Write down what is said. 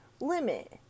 limit